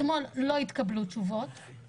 אתמול דיברנו על זה וההערות שלך כבר נשמעו.